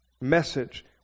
message